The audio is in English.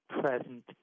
present